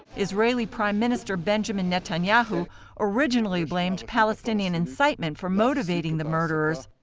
israeli prime minister benjamin netanyahu originally blamed palestinian incitement for motivating the murderers.